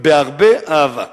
ובהרבה אהבה.